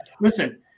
Listen